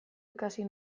ikasi